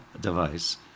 device